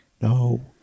No